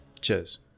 Cheers